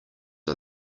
are